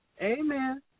Amen